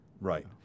right